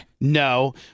no